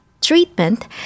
treatment